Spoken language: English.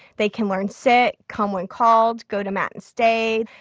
they can learn sit, come when called, go to mat and stay.